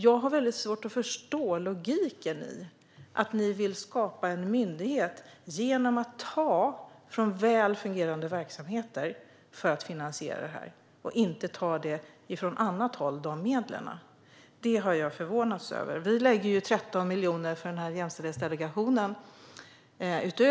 Jag har svårt att förstå logiken i att ni vill skapa en myndighet genom att ta från väl fungerande verksamheter för att finansiera den nya myndigheten i stället för att ta medlen från annat håll. Det har jag förvånats över. Vi lägger 13 miljoner till Jämställdhetsdelegationen.